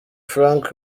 frank